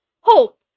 hope